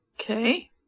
Okay